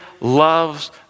loves